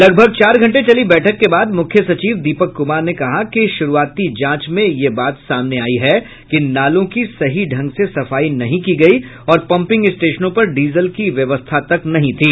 लगभ चार घंटे चली बैठक के बाद मुख्य सचिव दीपक कुमार ने कहा कि शुरूआती जांच में यह बात सामने आयी है कि नालों की सही ढंग से सफाई नहीं की गयी और पम्पिंग स्टेशनों पर डीजल की व्यवस्था तक नहीं थी